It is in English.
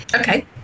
Okay